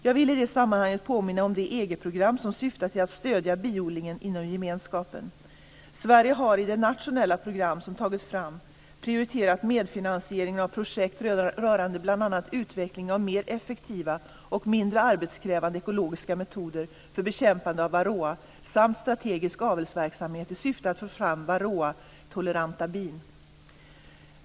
Jag vill i det sammanhanget påminna om det EG-program som syftar till att stödja biodlingen inom gemenskapen. Sverige har i det nationella program som tagits fram prioriterat medfinansiering av projekt rörande bl.a. utveckling av mer effektiva och mindre arbetskrävande ekologiska metoder för bekämpande av varroa samt strategisk avelsverksamhet i syfte att få fram varroatoleranta bin.